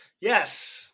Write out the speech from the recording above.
Yes